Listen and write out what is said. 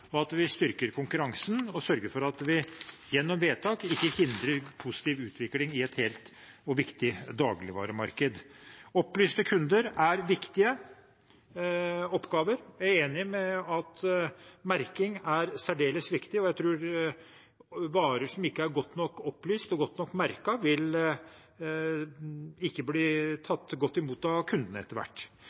at vi styrker konkurransen og sørger for at vi gjennom vedtak ikke hindrer positiv utvikling i et helt og viktig dagligvaremarked. Opplyste kunder er en viktig oppgave. Jeg er enig i at merking er særdeles viktig, og jeg tror varer som ikke er godt nok opplyst og godt nok merket, ikke vil bli tatt godt imot av kundene etter hvert,